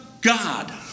God